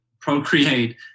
procreate